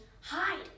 Hide